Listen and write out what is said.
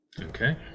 Okay